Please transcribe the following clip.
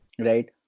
right